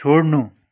छोड्नु